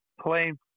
playing